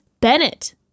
bennett